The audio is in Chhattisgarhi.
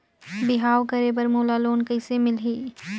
बिहाव करे बर मोला लोन कइसे मिलही?